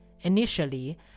Initially